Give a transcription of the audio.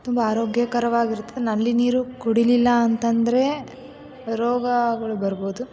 ತುಂಬ ಆರೋಗ್ಯಕರವಾಗಿ ಇರತ್ತೆ ನಲ್ಲಿ ನೀರು ಕುಡಿಲಿಲ್ಲ ಅಂತ ಅಂದರೆ ರೋಗಗಳು ಬರ್ಬೋದು